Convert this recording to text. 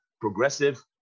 Progressive